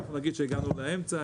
אנחנו נגיד שהגענו לאמצע,